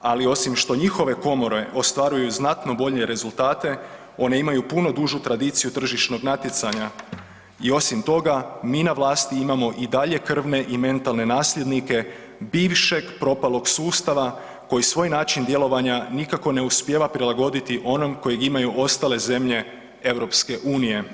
Ali osim što njihove komore ostvaruju znatno bolje rezultate, one imaju puno dužu tradiciju tržišnog natjecanja i osim toga mi na vlasti imamo i dalje krvne i mentalne nasljednike bivšeg propalog sustava koji svoj način djelovanja nikako ne uspijeva prilagoditi onom kojeg imaju ostale zemlje EU.